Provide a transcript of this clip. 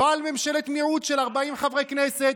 לא על ממשלת מיעוט של 40 חברי כנסת,